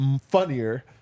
funnier